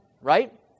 right